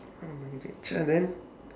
then